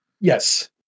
Yes